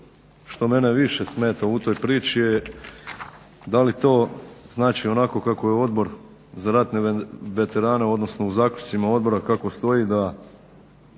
što mene više smeta u toj priči je da li to znači onako kako je Odbor za ratne veterane, odnosno u zaključcima odbora kako stoji da